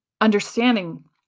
Understanding